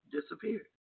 disappeared